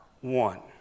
one